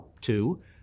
two